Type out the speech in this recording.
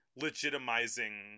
legitimizing